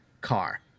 car